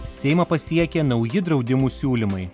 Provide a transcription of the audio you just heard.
seimą pasiekė nauji draudimų siūlymai